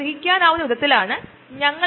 നശിക്കാനുള്ള കഴിവ് നഷ്ടപ്പെട്ട കോശങ്ങൾ